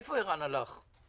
איפה ערן הלך?